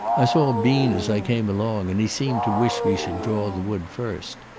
i saw bean as i came along and he seemed to wish we should draw the wood first.